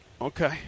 Okay